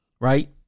Right